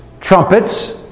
trumpets